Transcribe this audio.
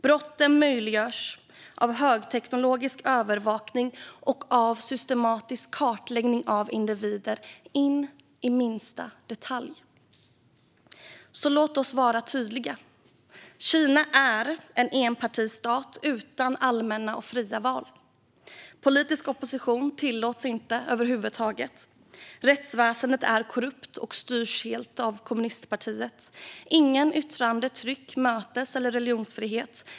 Brotten möjliggörs av högteknologisk övervakning och systematisk kartläggning av individer in i minsta detalj. Låt oss vara tydliga: Kina är en enpartistat utan allmänna och fria val. Politisk opposition tillåts inte över huvud taget. Rättsväsendet är korrupt och styrs helt av kommunistpartiet. Ingen yttrande-, tryck-, mötes eller religionsfrihet finns.